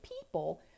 people